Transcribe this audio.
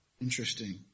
interesting